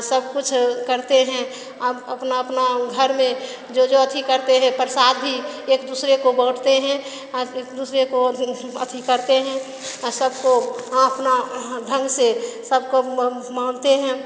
सब कुछ करते हैं अपना अपना घर में जो जो अथि करते हैं प्रसाद भी एक दूसरे को बाँटते हैं एक दूसरे को अथि करते हैं सबको अपना ढंग से सबको मानते हैं